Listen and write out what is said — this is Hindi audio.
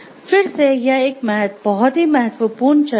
फिर से यह एक बहुत ही महत्वपूर्ण चर्चा है